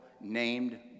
named